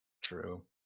true